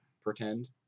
pretend